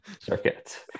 circuit